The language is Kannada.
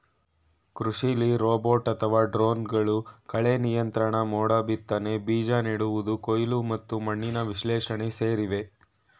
ಕೃಷಿಲಿ ರೋಬೋಟ್ ಅಥವಾ ಡ್ರೋನ್ಗಳು ಕಳೆನಿಯಂತ್ರಣ ಮೋಡಬಿತ್ತನೆ ಬೀಜ ನೆಡುವುದು ಕೊಯ್ಲು ಮತ್ತು ಮಣ್ಣಿನ ವಿಶ್ಲೇಷಣೆ ಸೇರಿವೆ